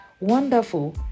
wonderful